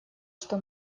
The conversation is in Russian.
что